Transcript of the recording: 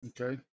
Okay